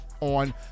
on